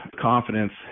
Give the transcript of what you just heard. confidence